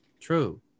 True